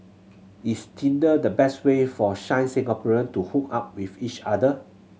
is Tinder the best way for shy Singaporean to hook up with each other